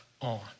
on